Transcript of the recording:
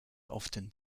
often